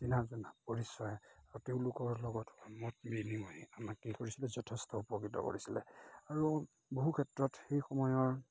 চিনা জনা পৰিচয় আৰু তেওঁলোকৰ লগত মত বিনিময়ে আমাক কি কৰিছিলে যথেষ্ট উপকৃত কৰিছিলে আৰু বহু ক্ষেত্ৰত সেই সময়ৰ